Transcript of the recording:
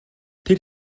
тэр